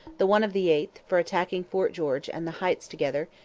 the one of the eighth, for attacking fort george and the heights together,